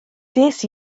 des